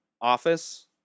office